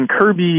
Kirby